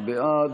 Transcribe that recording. בעד,